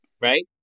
Right